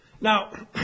Now